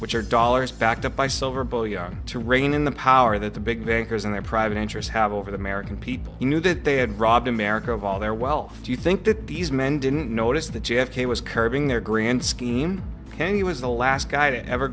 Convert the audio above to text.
which are dollars backed up by silver bullion to reign in the power that the big bankers and their private insurers have over the american people knew that they had robbed america of all their wealth do you think that these men didn't notice that j f k was curbing their grand scheme then he was the last guy to ever